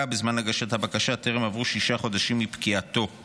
בזמן הגשת הבקשה וטרם עברו שישה חודשים מפקיעתו.